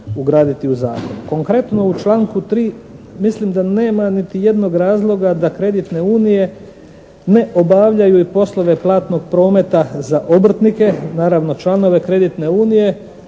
ugraditi u zakon. Konkretno u članku 3. mislim da nema niti jednog razloga da kreditne unije ne obavljaju i poslove platnog prometa za obrtnike naravno članove kreditne unije